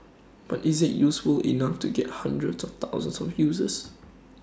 but is IT useful enough to get hundreds of thousands of users